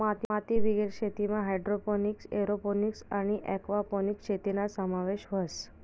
मातीबिगेर शेतीमा hydroponics, aeroponics आणि एक्वापोनिक्स शेतीना समावेश व्हस